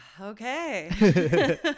Okay